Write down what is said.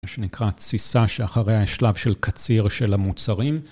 מה שנקרא תסיסה שאחריה יש שלב של קציר של המוצרים